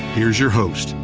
here's your host,